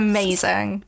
Amazing